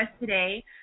today